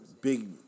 big